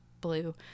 blue